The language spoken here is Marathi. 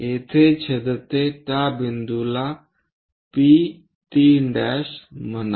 येथे छेदते त्या बिंदूला P3 म्हणा